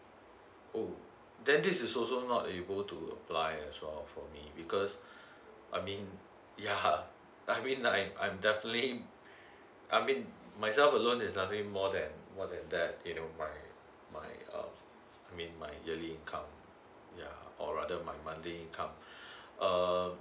oh then this is also not able to apply as well for me because I mean yeah I mean I I'm definitely I mean myself alone is nothing more than more than that you know my my uh I mean my yearly income yeah or rather my monthly income err